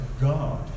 God